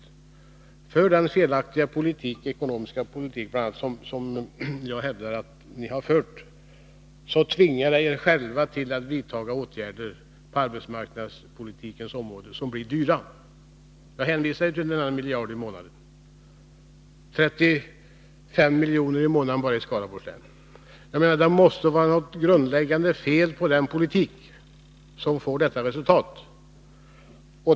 På grund av den felaktiga ekonomiska politik som jag hävdar att ni för, tvingar ni er själva till att vidta åtgärder på arbetsmarknadspolitikens område som blir dyra. Jag hänvisar än en gång till denna miljard i månaden och 35 miljoner i månaden bara i Skaraborgs län. Det måste vara något grundläggande fel på en politik som får detta resultat.